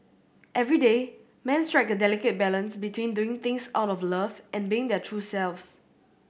everyday men strike a delicate balance between doing things out of love and being their true selves